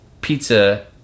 Pizza